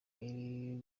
iri